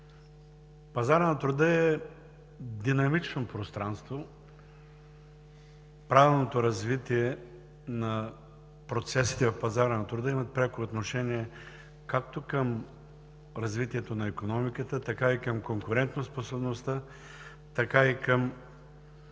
Пазарът на труда е динамично пространство. Правилното развитие на процесите в пазара на труда има пряко отношение както към развитието на икономиката, така и към конкурентоспособността, така и към